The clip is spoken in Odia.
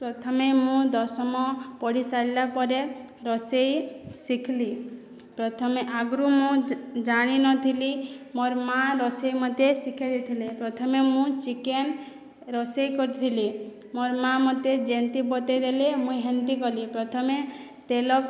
ପ୍ରଥମେ ମୁଁ ଦଶମ ପଢ଼ି ସାରିଲା ପରେ ରୋଷେଇ ଶିଖିଲି ପ୍ରଥମେ ଆଗରୁ ମୁଁ ଜାଣି ନଥିଲି ମୋର ମାଆ ରୋଷେଇ ମୋତେ ଶିଖେଇ ଦେଇଥିଲେ ପ୍ରଥମେ ମୁଁ ଚିକେନ ରୋଷେଇ କରିଥିଲି ମୋର ମାଆ ମୋତେ ଯେମିତି ବତେଇଦେଲେ ମୁଇଁ ସେମିତି କଲି ପ୍ରଥମେ ତେଲ